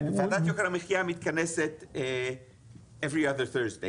וועדת יוקר המחייה מתכנסת כל יום חמישי